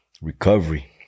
Recovery